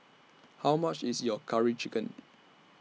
How much IS your Curry Chicken